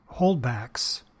holdbacks